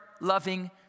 loving